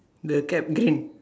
the cap green